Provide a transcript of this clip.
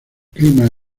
clima